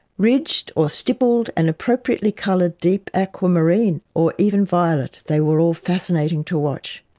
ridged or stippled and appropriately coloured deep aquamarine or even violet, they were all fascinating to watch.